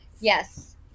yes